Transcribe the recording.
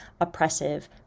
oppressive